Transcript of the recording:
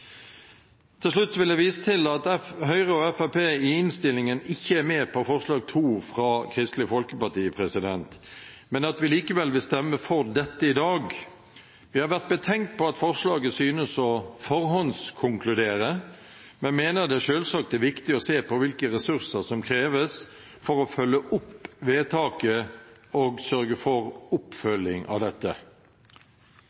Til slutt vil jeg vise til at Høyre og Fremskrittspartiet i innstillingen ikke er med på forslag nr. 2, fra Kristelig Folkeparti, men at vi likevel vil stemme for dette i dag. Vi har vært betenkt på at forslaget synes å forhåndskonkludere, men mener det selvsagt er viktig å se på hvilke ressurser som kreves for å følge opp vedtaket og sørge for